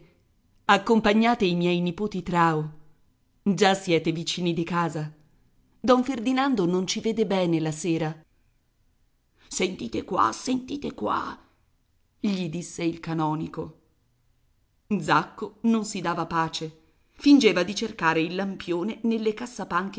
accompagnate i miei nipoti trao già siete vicini di casa don ferdinando non ci vede bene la sera sentite qua sentite qua gli disse il canonico zacco non si dava pace fingeva di cercare il lampione nelle cassapanche